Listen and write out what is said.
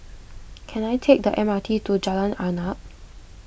can I take the M R T to Jalan Arnap